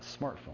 smartphone